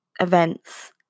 events